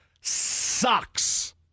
sucks